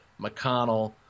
McConnell